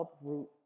uproot